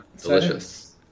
Delicious